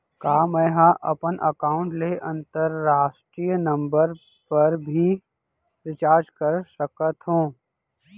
का मै ह अपन एकाउंट ले अंतरराष्ट्रीय नंबर पर भी रिचार्ज कर सकथो